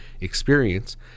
experience